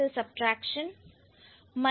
तो addition subtraction multiplication और division है